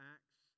Acts